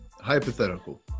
hypothetical